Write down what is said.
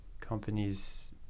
companies